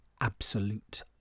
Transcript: absolute